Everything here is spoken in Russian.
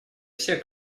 всех